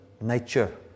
nature